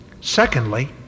Secondly